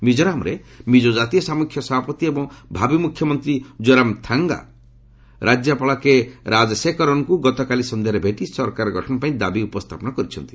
ମିଜୋରାମରେ ମିଜୋ ଜାତୀୟ ସାମ୍ମୁଖ୍ୟ ସଭାପତି ଏବଂ ଭାବୀ ମୁଖ୍ୟମନ୍ତ୍ରୀ ଜୋରାମ୍ ଥାଙ୍ଗା ରାଜ୍ୟପାଳ କେରାଜଶେକରନ୍ଙ୍କୁ ଗତକାଲି ସନ୍ଧ୍ୟାରେ ଭେଟି ସରକାର ଗଠନ ପାଇଁ ଦାବି ଉପସ୍ଥାପନ କରିଛନ୍ତି